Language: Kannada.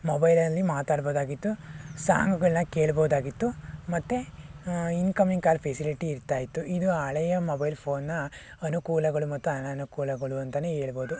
ಮೊಬೈಲಲ್ಲಿ ಮಾತಾಡ್ಬೋದಾಗಿತ್ತು ಸಾಂಗ್ಗಳನ್ನ ಕೇಳ್ಬೋದಾಗಿತ್ತು ಮತ್ತೆ ಇನ್ಕಮಿಂಗ್ ಕಾಲ್ ಫೆಸಿಲಿಟಿ ಇರ್ತಾಯಿತ್ತು ಇದು ಹಳೆಯ ಮೊಬೈಲ್ ಫೋನ್ನ ಅನುಕೂಲಗಳು ಮತ್ತು ಅನನುಕೂಲಗಳು ಅಂತಾನೇ ಹೇಳ್ಬೋದು